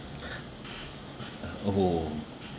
oh